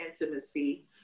intimacy